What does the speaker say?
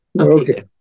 okay